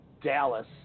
Dallas